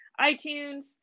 iTunes